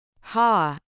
Ha